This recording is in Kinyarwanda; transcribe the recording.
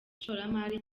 ishoramari